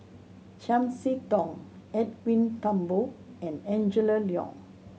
Chiam See Tong Edwin Thumboo and Angela Liong